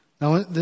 Now